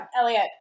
Elliot